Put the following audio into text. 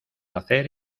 hacer